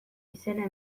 izena